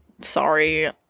sorry